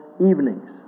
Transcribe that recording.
evenings